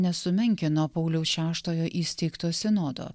nesumenkino pauliaus šeštojo įsteigto sinodo